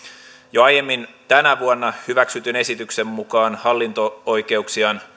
jo aiemmin tänä vuonna hyväksytyn esityksen mukaisesti hallinto